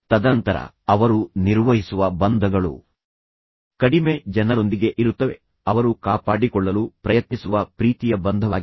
ತದನಂತರ ಅವರು ನಿರ್ವಹಿಸುವ ಬಂಧಗಳು ಕೆಲವೊಮ್ಮೆ ಅವು ಬಹಳ ಕಡಿಮೆ ಜನರೊಂದಿಗೆ ಇರುತ್ತವೆ ಆದರೆ ಅದು ಅವರು ಕಾಪಾಡಿಕೊಳ್ಳಲು ಪ್ರಯತ್ನಿಸುವ ಅತ್ಯಂತ ಆಳವಾದ ಪ್ರೀತಿಯ ಬಂಧವಾಗಿದೆ